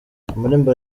amarembo